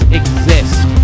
exist